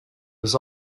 was